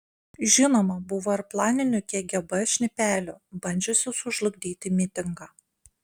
žinoma buvo ir planinių kgb šnipelių bandžiusių sužlugdyti mitingą